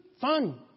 fun